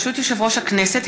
ברשות יושב-ראש הכנסת,